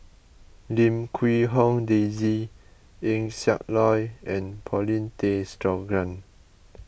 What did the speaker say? Lim Quee Hong Daisy Eng Siak Loy and Paulin Tay Straughan